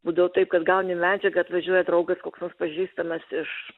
būdavo taip kad gauni medžiagą atvažiuoja draugas koks nors pažįstamas iš